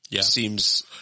seems